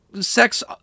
sex